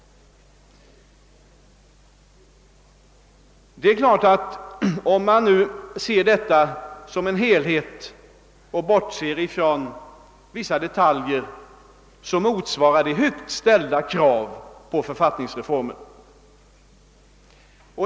Det är klart att om man ser förslaget som en helhet och bortser ifrån vissa detaljer motsvarar det högt ställda krav på författningsreformen.